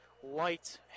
White